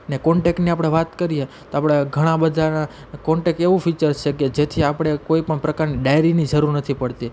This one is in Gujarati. ને કોન્ટેકની આપણે વાત કરીએ તો આપણે ઘણા બધાના કોન્ટેક એવું ફીચર્સ છે કે જેથી આપણે કોઈપણ પ્રકારની ડાયરરીની જરૂર નથી પડતી